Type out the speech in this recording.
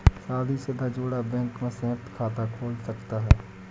शादीशुदा जोड़ा बैंक में संयुक्त खाता खोल सकता है